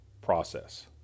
process